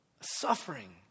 suffering